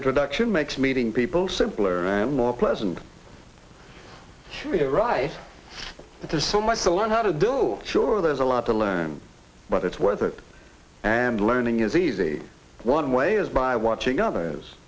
introduction makes meeting people simpler and more pleasant for me to write but there's so much to learn how to do sure there's a lot to learn but it's worth it and learning is easy one way is by watching other